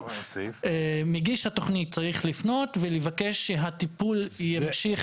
מגיש התכנית צריך לפנות ולבקש שהטיפול ימשיך